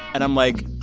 and i'm like.